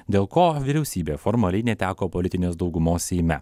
dėl ko vyriausybė formaliai neteko politinės daugumos seime